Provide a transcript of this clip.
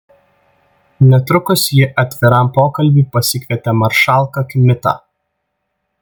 netrukus ji atviram pokalbiui pasikvietė maršalką kmitą